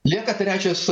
lieka trečias